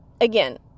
again